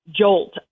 jolt